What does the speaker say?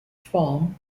form